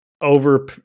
over